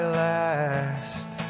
last